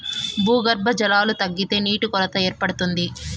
భూగర్భ జలాలు తగ్గితే నీటి కొరత ఏర్పడుతుంది